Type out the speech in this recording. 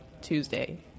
tuesday